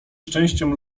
szczęściem